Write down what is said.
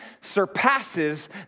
surpasses